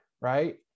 Right